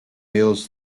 mills